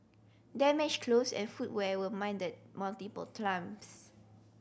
damaged clothes and footwear were mended multiple times